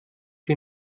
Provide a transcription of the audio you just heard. die